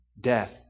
death